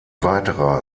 weiterer